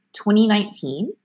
2019